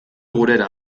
gurera